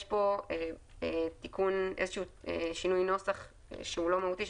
יש פה שינוי נוסח שהוא לא מהותי,